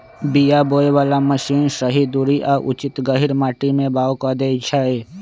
बीया बोय बला मशीन सही दूरी आ उचित गहीर माटी में बाओ कऽ देए छै